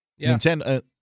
Nintendo